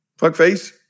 fuckface